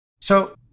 So-